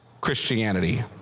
Christianity